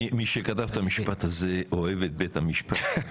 מי שכתב את המשפט הזה אוהב את בית המשפט.